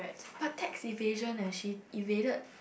but tax evasion eh she evaded